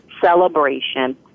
celebration